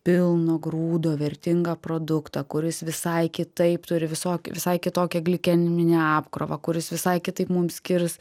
pilno grūdo vertingą produktą kuris visai kitaip turi visokių visai kitokią glikeminę apkrovą kuris visai kitaip mums skirs